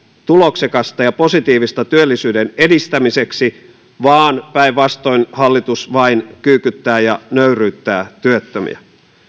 tuloksekasta ja positiivista työllisyyden edistämiseksi vaan päinvastoin hallitus vain kyykyttää ja nöyryyttää työttömiä